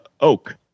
oak